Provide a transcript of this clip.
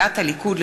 התשע"ה 2015,